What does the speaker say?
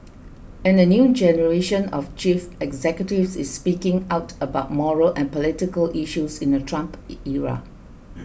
and a new generation of chief executives is speaking out about moral and political issues in the Trump era